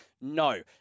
no